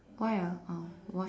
why ah how why